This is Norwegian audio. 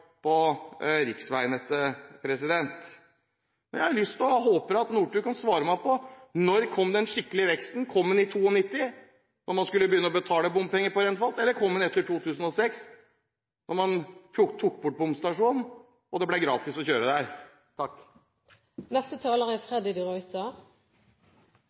på riksveinettet. Men jeg har lyst til – og håper – at Nordtun svarer meg på: Når kom den skikkelige veksten? Kom den i 1992, da man skulle begynne å betale bompenger på Rennfast, eller kom den etter 2006, da man tok bort bomstasjonen og det ble gratis å kjøre der? Jeg er